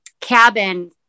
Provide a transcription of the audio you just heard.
cabin